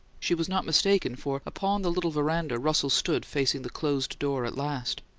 she was not mistaken, for, upon the little veranda, russell stood facing the closed door at last.